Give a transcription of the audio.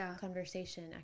conversation